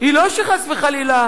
היא לא שחס וחלילה